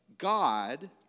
God